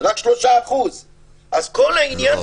רק 3%. לא,